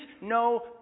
no